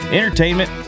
entertainment